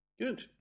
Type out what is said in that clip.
Good